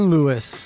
Lewis